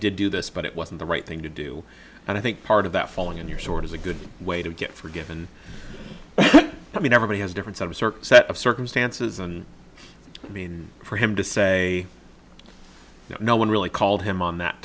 did do this but it wasn't the right thing to do and i think part of that falling on your sword is a good way to get forgiven i mean everybody has different sort of circus that circumstances and i mean for him to say no one really called him on that